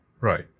Right